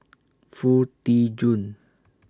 Foo Tee Jun